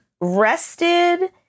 rested